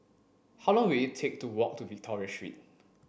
how long will it take to walk to Victoria Street